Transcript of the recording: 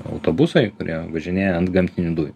autobusai kurie važinėja ant gamtinių dujų